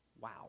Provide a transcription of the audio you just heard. wow